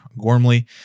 Gormley